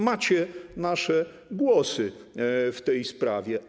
Macie nasze głosy w tej sprawie.